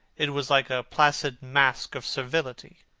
it was like a placid mask of servility.